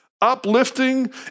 uplifting